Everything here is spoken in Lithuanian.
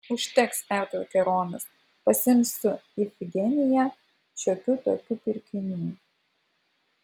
užteks pertraukė ronas pasiimsiu ifigeniją šiokių tokių pirkinių